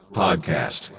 podcast